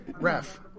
ref